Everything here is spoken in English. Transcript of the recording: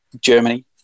Germany